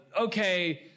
okay